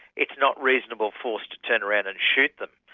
it's not reasonable force to turn around and shoot them.